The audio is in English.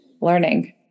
learning